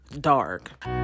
dark